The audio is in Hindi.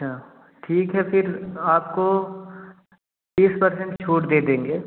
ठीक है फिर आपको बीस परसेंट छूट दे देंगे